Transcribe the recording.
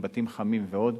"בתים חמים" ועוד.